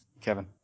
Kevin